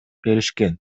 беришкен